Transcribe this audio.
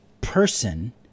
person